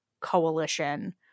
coalition